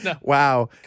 Wow